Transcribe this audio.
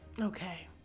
Okay